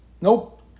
nope